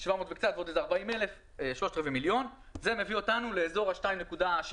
700,000 וקצת ועוד איזה 40,000. זה מביא אותנו לאזור ה-2.3,